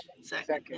Second